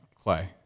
Clay